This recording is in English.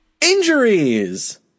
Injuries